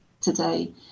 today